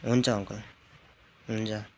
हुन्छ अङ्कल हुन्छ